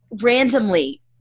randomly